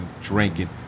drinking